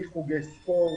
מחוגי ספורט,